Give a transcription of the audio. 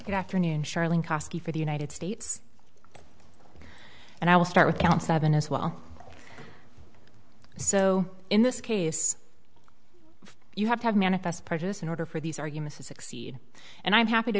good afternoon charlene kosky for the united states and i will start with count seven as well so in this case you have to have manifest prejudice in order for these arguments to succeed and i'm happy to